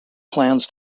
plans